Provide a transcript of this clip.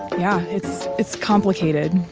yeah, it's it's complicated,